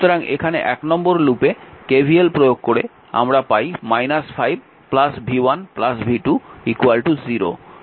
সুতরাং এখানে 1 নম্বর লুপে KVL প্রয়োগ করে আমরা পাই 5 v1 v2 0